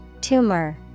Tumor